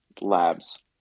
labs